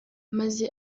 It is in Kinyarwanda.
maze